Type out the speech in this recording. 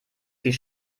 viel